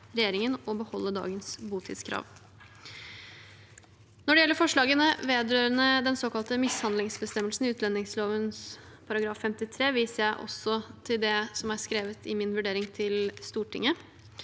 regjeringen å beholde dagens botidskrav. Når det gjelder forslagene vedrørende den såkalte mishandlingsbestemmelsen i utlendingslovens § 53, viser jeg også til det som er skrevet i min vurdering til Stortinget.